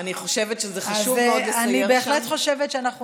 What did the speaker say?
אני חושבת שזה חשוב מאוד לסייר שם.